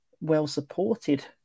well-supported